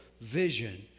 vision